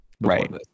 right